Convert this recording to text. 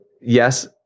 yes